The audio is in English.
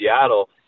Seattle